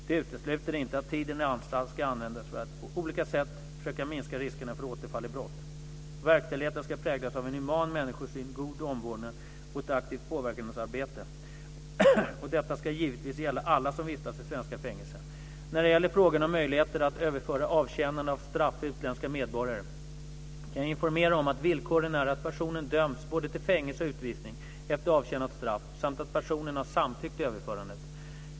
Det utesluter inte att tiden i anstalt ska användas för att på olika sätt försöka minska riskerna för återfall i brott. Verkställigheten ska präglas av en human människosyn, god omvårdnad och ett aktivt påverkansarbete. Och detta ska givetvis gälla alla som vistas i svenska fängelser. När det gäller frågan om möjligheter att överföra avtjänande av straff för utländska medborgare kan jag informera om att villkoren är att personen dömts både till fängelse och utvisning efter avtjänat straff samt att personen har samtyckt till överförandet.